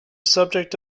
subject